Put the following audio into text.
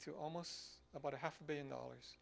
to almost about a half a billion dollars